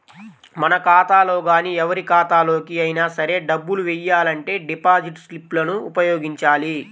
మన ఖాతాలో గానీ ఎవరి ఖాతాలోకి అయినా సరే డబ్బులు వెయ్యాలంటే డిపాజిట్ స్లిప్ లను ఉపయోగించాలి